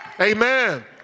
Amen